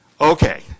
Okay